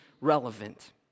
relevant